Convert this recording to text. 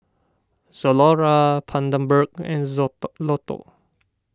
Zalora Bundaberg and Lotto